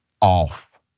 Off